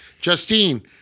Justine